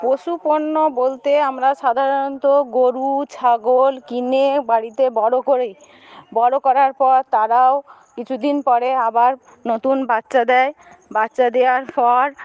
পশুপণ্য বলতে আমরা সাধারণত গরু ছাগল কিনে বাড়িতে বড়ো করি বড়ো করার পর তারাও কিছুদিন পরে আবার নতুন বাচ্চা দেয় বাচ্চা দেওয়ার পর